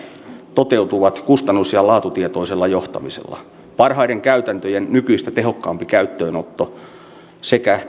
toteutuvat kustannus ja laatutietoisella johtamisella parhaiden käytäntöjen nykyistä tehokkaammalla käyttöönotolla sekä